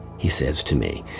he says to me.